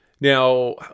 Now